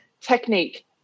Technique